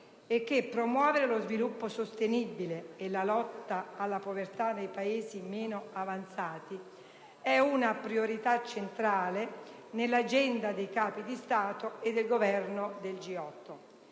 e che «promuovere lo sviluppo sostenibile e la lotta alla povertà nei Paesi meno avanzati è una priorità centrale nell'agenda dei Capi di Stato e di Governo del G8».